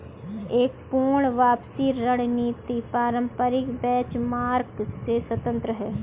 एक पूर्ण वापसी रणनीति पारंपरिक बेंचमार्क से स्वतंत्र हैं